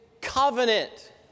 covenant